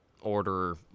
order